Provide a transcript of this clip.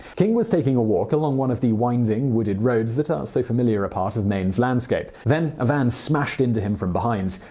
king was taking a walk along one of the winding, wooded roads that are so familiar a part of maine's landscape. then, a van smashed into him from behind.